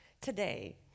today